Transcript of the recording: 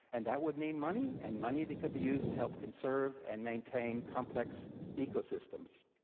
and that would mean money and money that could be used to help conserve and maintain complex ecosystems.